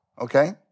okay